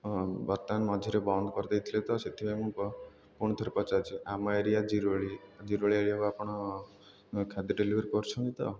ହଁ ବର୍ତ୍ତମାନ ମଝିରେ ବନ୍ଦ କରିଦେଇ ଥିଲେ ତ ସେଥିପାଇଁ ମୁଁ ପୁଣି ଥରେ ପଚାରୁଛି ଆମ ଏରିଆ ଜିରୋଳି ଜିରୋଳି ଏରିଆକୁ ଆପଣ ଖାଦ୍ୟ ଡେଲିଭରି କରୁଛନ୍ତି ତ